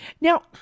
now